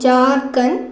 Jharkhand